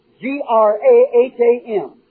G-R-A-H-A-M